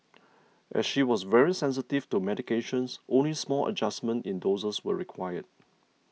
as she was very sensitive to medications only small adjustments in doses were required